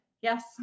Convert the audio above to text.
Yes